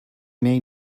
may